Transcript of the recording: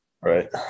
Right